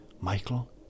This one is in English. Michael